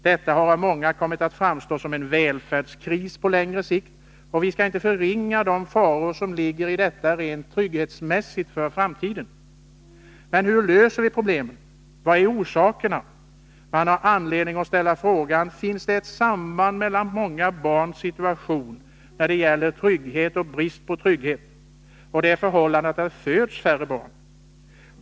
Detta har av många kommit att framstå som en välfärdskris, på längre sikt. Och vi skall inte förringa de faror som ligger i detta rent trygghetsmässigt för framtiden, men hur löser vi problemen? Vad är orsakerna? Man har anledning ställa frågan: Finns det ett samband mellan många barns situation när det gäller brist på trygghet och det förhållandet att det föds färre barn?